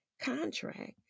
contract